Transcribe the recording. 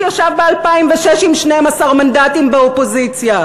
שישב ב-2006 עם 12 מנדטים באופוזיציה.